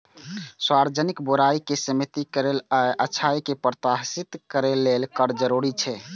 सार्वजनिक बुराइ कें सीमित करै आ अच्छाइ कें प्रोत्साहित करै लेल कर जरूरी छै